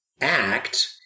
act